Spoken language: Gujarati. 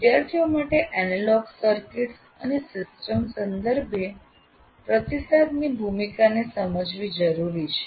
વિદ્યાર્થી માટે 'એનાલોગ સર્કિટ્સ અને સિસ્ટમ ' સંદર્ભે પ્રતિસાદની ભૂમિકાને સમજવી જરૂરી છે